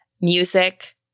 music